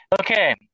Okay